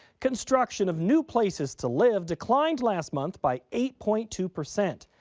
construction of new places to live declined last month by eight point two percent.